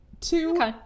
two